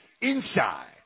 inside